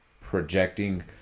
projecting